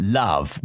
love